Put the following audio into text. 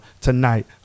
tonight